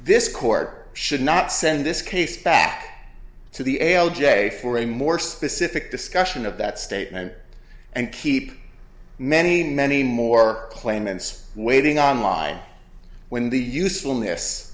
this court should not send this case back to the l j for a more specific discussion of that statement and keep many many more claimants waiting on line when the usefulness